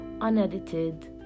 unedited